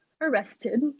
arrested